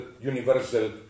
universal